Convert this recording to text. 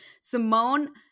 Simone